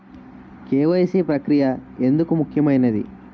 KYC ప్రక్రియ ఎందుకు ముఖ్యమైనది?